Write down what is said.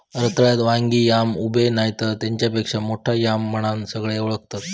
रताळ्याक वांगी याम, उबे नायतर तेच्यापेक्षा मोठो याम म्हणान सगळे ओळखतत